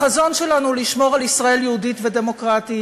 החזון שלנו הוא לשמור על ישראל יהודית ודמוקרטית.